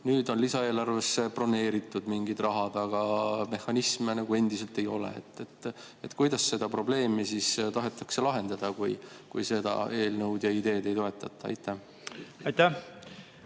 nüüd on lisaeelarves broneeritud mingid rahad, aga mehhanisme endiselt ei ole. Kuidas seda probleemi tahetakse lahendada, kui seda eelnõu ja ideed ei toetata? Aitäh,